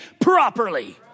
properly